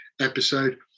episode